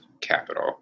capital